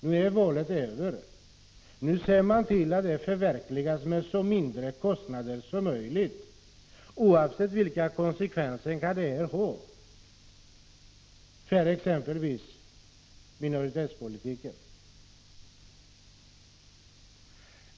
Nu är valet över, och nu ser man till att löftet förverkligas med så låga kostnader som möjligt, oavsett vilka konsekvenser det kan få för exempelvis minoritetspolitiken.